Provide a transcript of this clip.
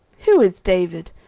who is david?